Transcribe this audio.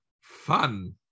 Fun